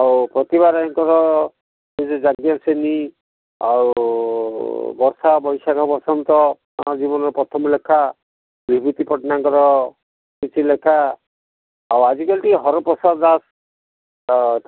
ଆଉ ପ୍ରତିଭା ରାୟଙ୍କର ସେ ଯେଉଁ ଯାଜ୍ଞସିନୀ ଆଉ ବର୍ଷା ବୈଶାଖ ବସନ୍ତ ମୋ ଜୀବନର ପ୍ରଥମ ଲେଖା ବିଭୁତି ପଟ୍ଟନାୟକଙ୍କର କିଛି ଲେଖା ଆଉ ଆଜିକାଲି ଟିକିଏ ହରପ୍ରସାଦ ଦାସ